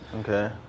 Okay